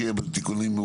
שיהיו בה תיקונים,